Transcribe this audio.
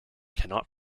cannot